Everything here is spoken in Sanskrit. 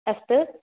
अस्तु